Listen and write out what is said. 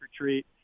retreat